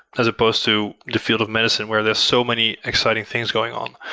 as opposed to the field of medicine, where there's so many exciting things going on.